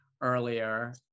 earlier